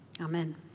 Amen